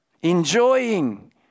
Enjoying